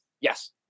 Yes